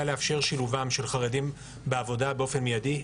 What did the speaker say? לאפשר שילובם של חרדים בעבודה באופן מידי,